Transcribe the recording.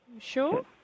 Sure